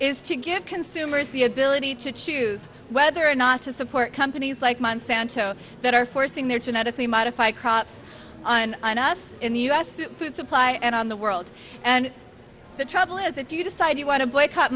is to give consumers the ability to choose whether or not to support companies like monsanto that are forcing their genetically modified crops on us in the u s food supply and on the world and the trouble is if you decide you want to boycott